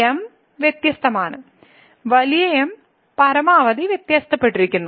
M വ്യത്യസ്തമാണ് വലിയ M പരമാവധി വ്യത്യാസപ്പെട്ടിരിക്കുന്നു